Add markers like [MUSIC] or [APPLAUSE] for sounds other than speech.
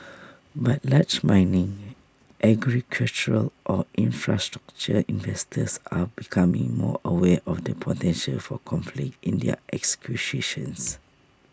but large mining agricultural or infrastructure investors are becoming more aware of the potential for conflict in their acquisitions [NOISE]